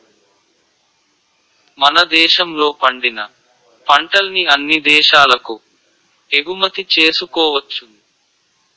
మన దేశంలో పండిన పంటల్ని అన్ని దేశాలకు ఎగుమతి చేసుకోవచ్చును